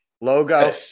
logo